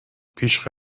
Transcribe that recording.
پیش